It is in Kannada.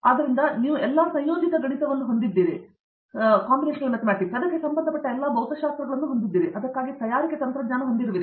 ಆದ್ದರಿಂದ ನೀವು ಎಲ್ಲಾ ಸಂಯೋಜಿತ ಗಣಿತವನ್ನು ಹೊಂದಿದ್ದೀರಿ ಮತ್ತು ಅದಕ್ಕೆ ಸಂಬಂಧಪಟ್ಟ ಎಲ್ಲಾ ಭೌತಶಾಸ್ತ್ರಗಳನ್ನು ಹೊಂದಿದ್ದೀರಿ ಅದಕ್ಕಾಗಿ ತಯಾರಿಕೆ ತಂತ್ರಜ್ಞಾನ ನೀವು ಹೊಂದಿರುತ್ತೀರಿ